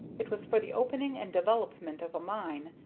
it was for the opening and development of a mine,